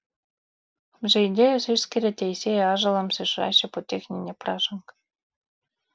žaidėjus išskyrę teisėjai ąžuolams išrašė po techninę pražangą